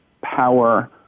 power